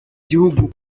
gihugu